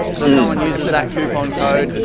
so someone uses that coupon code,